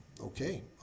okay